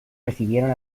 recibieron